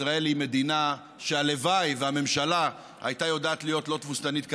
ישראל היא מדינה שהלוואי שהממשלה הייתה יודעת להיות לא תבוסתנית כמוה,